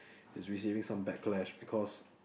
is receiving some back clash because